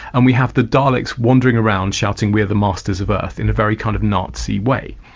and we have the daleks wandering around shouting we're the masters of earth, in a very kind of nazi way.